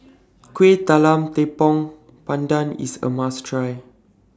Kueh Talam Tepong Pandan IS A must Try